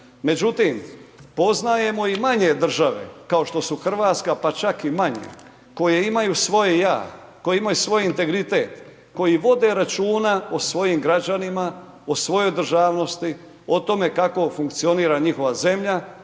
Međutim poznajemo i manje države kao što su Hrvatska, pa čak i manje, koje imaju svoje ja, koje imaju svoj integritet, koji vode računa o svojim građanima, o svojoj državnosti, o tome kako funkcionira njihova zemlja,